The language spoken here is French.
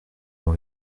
dans